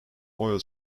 oil